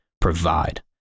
provide